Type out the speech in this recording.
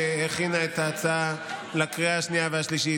שהכינה את ההצעה לקריאה השנייה והשלישית,